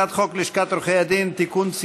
הצעת חוק לשכת עורכי הדין (תיקון,